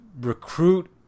recruit